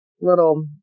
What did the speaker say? little